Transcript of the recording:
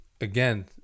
again